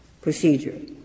procedure